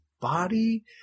body